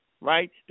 right